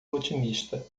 otimista